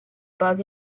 bug